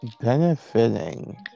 benefiting